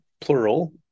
plural